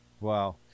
Wow